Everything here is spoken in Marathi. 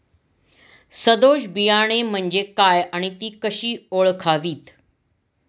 सदोष बियाणे म्हणजे काय आणि ती कशी ओळखावीत?